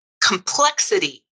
complexity